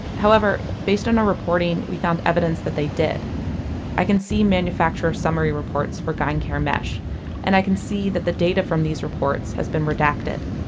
however, based on our reporting we found evidence that they did i can see manufacturer summary reports for gynecare mesh and i can see that the data from these reports has been redacted.